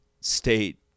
state